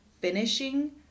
finishing